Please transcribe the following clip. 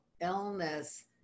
illness